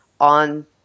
on